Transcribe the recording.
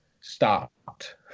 stopped